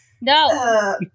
No